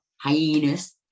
Hyenas